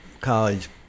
college